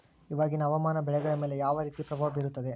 ಇವಾಗಿನ ಹವಾಮಾನ ಬೆಳೆಗಳ ಮೇಲೆ ಯಾವ ರೇತಿ ಪ್ರಭಾವ ಬೇರುತ್ತದೆ?